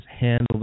handle